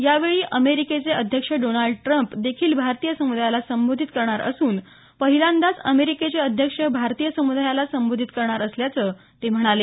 यावेळी अमेरिकेचे अध्यक्ष डोनाल्ड ट्रम्प देखील भारतीय सम्दायाला संबोधित करणार असून पहिल्यांदा अमेरिकेचे अध्यक्ष भारतीय समुदायाला संबोधित करणार असल्याचं ते म्हणाले